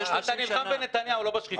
אתה נלחם בנתניהו, לא בשחיתות.